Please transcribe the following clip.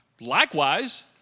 Likewise